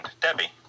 Debbie